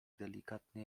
delikatny